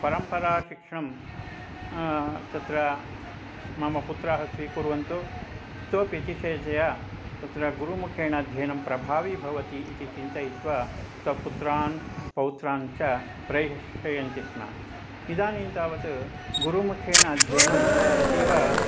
परम्पराशिक्षणं तत्र मम पुत्राः स्वीकुर्वन्तु इतोपि अतिशयतया तत्र गुरुमुखेण अध्ययनं प्रभावी भवति इति चिन्तयित्वा स्वपुत्रान् पौत्रान् च प्रेशयन्ति स्म इदानीं तावत् गुरुमुखेन अध्ययनम् अतीव